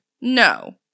No